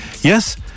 yes